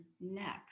next